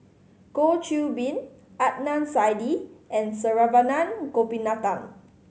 Goh Qiu Bin Adnan Saidi and Saravanan Gopinathan